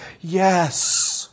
yes